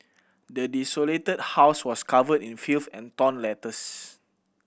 the desolated house was covered in filth and torn letters